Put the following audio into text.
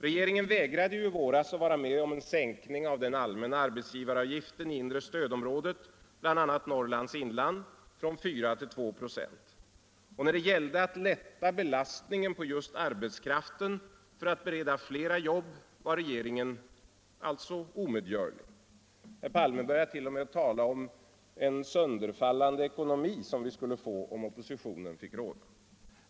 Regeringen vägrade i våras att vara med på en sänkning av den allmänna arbetsgivaravgiften i inre stödområdet, bl.a. Norrlands inland, från 4 till 2 96. När det gällde att lätta belastningen på just arbetskraften för att bereda fler jobb var alltså regeringen omedgörlig. Herr Palme började t.o.m. tala om ”en sönderfallande ekonomi”, som vi skulle få om oppositionen fick råda.